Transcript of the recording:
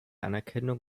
anerkennung